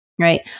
right